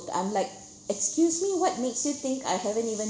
I'm like excuse me what makes you think I haven't even